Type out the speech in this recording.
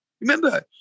Remember